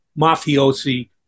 mafiosi